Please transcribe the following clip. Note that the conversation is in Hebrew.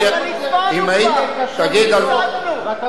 אתה כאיש ביטחון יודע שהמחיר הבין-לאומי